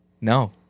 No